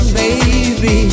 baby